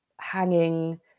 hanging